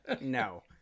No